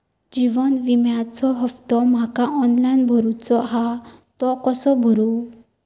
जीवन विम्याचो हफ्तो माका ऑनलाइन भरूचो हा तो कसो भरू?